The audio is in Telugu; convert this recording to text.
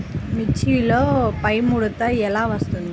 మిర్చిలో పైముడత ఎలా వస్తుంది?